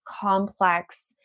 complex